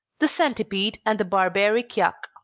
the centipede and the barbaric yak